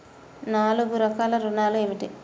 నాలుగు రకాల ఋణాలు ఏమిటీ?